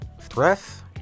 stress